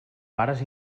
pares